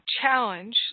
challenge